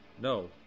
No